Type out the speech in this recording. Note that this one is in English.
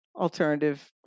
alternative